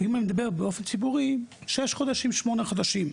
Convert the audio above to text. ואם באופן ציבורי זה 6-8 חודשים.